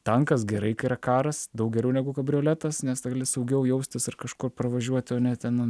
tankas gerai kai yra karas daug geriau negu kabrioletas nes tada gali saugiau jaustis ar kažkur pravažiuoti o ne ten